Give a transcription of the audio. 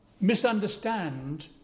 misunderstand